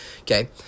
Okay